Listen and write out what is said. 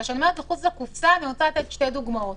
אני רוצה לתת שתי דוגמאות: